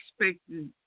expected